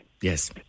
Yes